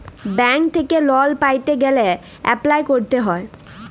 bank থ্যাইকে loan পাইতে গ্যালে এপ্লায় ক্যরতে হ্যয়